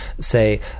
say